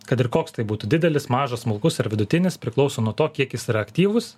kad ir koks tai būtų didelis mažas smulkus ar vidutinis priklauso nuo to kiek jis yra aktyvus